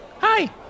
Hi